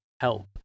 help